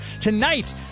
Tonight